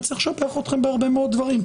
וצריך לשבח אתכם בהרבה מאוד דברים.